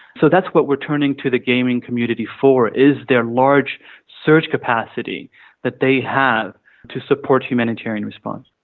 so that's what we're turning to the gaming community for, is their large search capacity that they have to support humanitarian response.